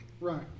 Right